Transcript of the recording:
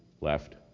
left